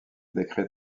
décret